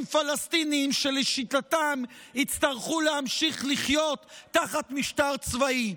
פלסטינים שלשיטתם יצטרכו להמשיך לחיות תחת משטר צבאי.